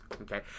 Okay